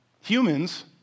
Humans